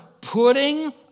putting